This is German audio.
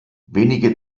wenige